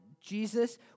Jesus